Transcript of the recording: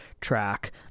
track